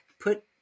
put